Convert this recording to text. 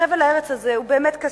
חבל הארץ הזה הוא באמת קסום,